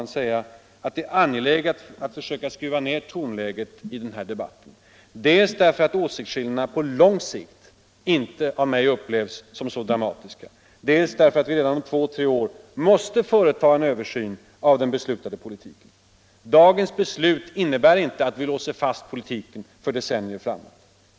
Det är angeläget att försöka skruva ner tonläget i den här debatten, dels därför att åsiktsskillnaderna på lång sikt inte av mig upplevs som så dramatiska, dels därför att vi redan om två tre år måste företa en översyn av den beslutade politiken. Dagens beslut innebär inte att vi låser fast politiken för decennier framöver.